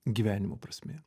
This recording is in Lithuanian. gyvenimo prasmė